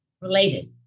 related